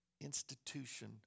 institution